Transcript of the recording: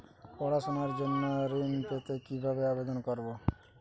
পড়াশুনা জন্য ঋণ পেতে কিভাবে আবেদন করব?